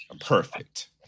perfect